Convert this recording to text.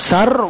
Sar